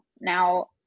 now